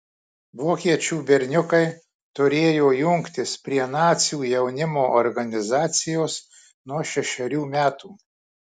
vokiečių berniukai turėjo jungtis prie nacių jaunimo organizacijos nuo šešerių metų